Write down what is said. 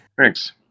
Thanks